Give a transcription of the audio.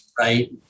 Right